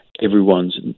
everyone's